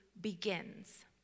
begins